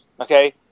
okay